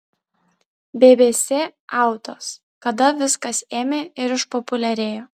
bbc autos kada viskas ėmė ir išpopuliarėjo